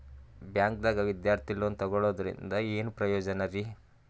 ಬ್ಯಾಂಕ್ದಾಗ ವಿದ್ಯಾರ್ಥಿ ಲೋನ್ ತೊಗೊಳದ್ರಿಂದ ಏನ್ ಪ್ರಯೋಜನ ರಿ?